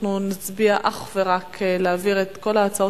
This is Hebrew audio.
אנחנו נצביע אך ורק על העברת כל ההצעות